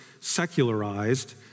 secularized